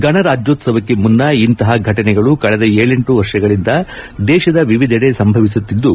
ಗಣರಾಜ್ಯೋತ್ತವಕ್ಕೆ ಮುನ್ನ ಇಂತಹ ಘಟನೆಗಳು ಕಳೆದ ಏಳು ವರ್ಷಗಳಿಂದ ದೇಶದ ವಿವಿಧೆಡೆ ಸಂಭವಿಸುತ್ತಿದ್ದು